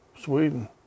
Sweden